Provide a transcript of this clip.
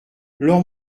lord